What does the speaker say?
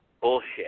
bullshit